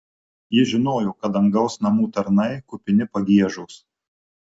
ji žinojo kad dangaus namų tarnai kupini pagiežos